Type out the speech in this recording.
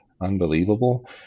unbelievable